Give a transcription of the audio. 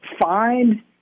find